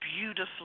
Beautiful